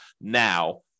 now